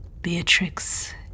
Beatrix